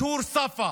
משהור ספא,